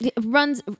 Runs